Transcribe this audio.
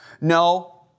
No